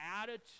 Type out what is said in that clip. attitude